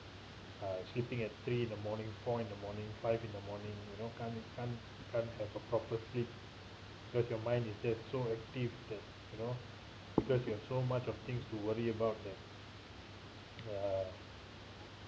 uh sleeping at three in the morning four in the morning five in the morning you know can't can't can't have a proper sleep because your mind is just so active that you know because you have so much of things to worry about that uh